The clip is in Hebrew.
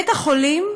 בית-החולים,